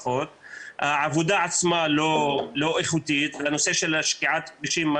העבודה עצמה לא איכותית והנושא של שקיעת הכבישים,